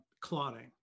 clotting